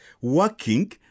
working